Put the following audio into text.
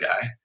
guy